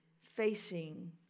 facing